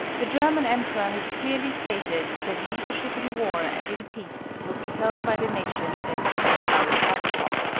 the german emperor has clearly stated that leadership in war and in peace will be held by the nation that roots out alcohol.